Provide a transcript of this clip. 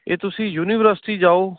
ਇਹ ਤੁਸੀਂ ਯੂਨੀਵਰਸਿਟੀ ਜਾਓ